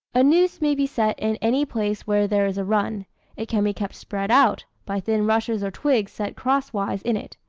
a noose may be set in any place where there is a run it can be kept spread out, by thin rushes or twigs set crosswise in it.